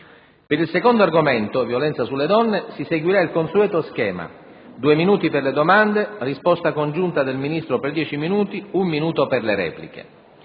Per il secondo argomento (violenza sulle donne) si seguirà il consueto schema: 2 minuti per le domande; risposta congiunta del Ministro per 10 minuti; 1 minuto per le repliche.